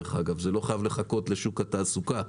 זה לא חייב לחכות לשוק התעסוקה.